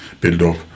build-up